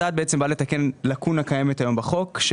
הצעד בא לתקן לקונה שקיימת היום בחוק,